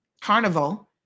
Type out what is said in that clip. carnival